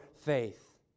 faith